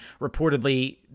reportedly